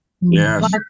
yes